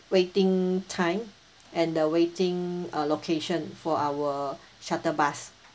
waiting time and the waiting uh location for our shuttle bus